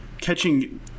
catching